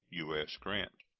u s. grant.